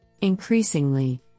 Increasingly